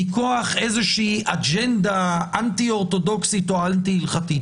מכוח איזושהי אג'נדה אנטי אורתודוקסית או אנטי הלכתית.